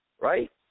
right